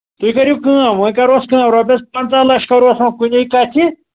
تُہۍ کٔریو کٲم وۅں کَرۍہوٗس کم رۄپییَس پَنٛژاہ لَچھ کَرہوٗس وۅنۍ کُنہِ کَتھِ